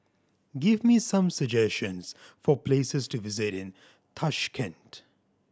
give me some suggestions for places to visit in Tashkent